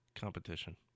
competition